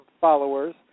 followers